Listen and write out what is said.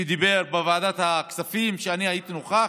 שדיבר בוועדת הכספים, ואני הייתי נוכח,